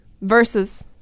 versus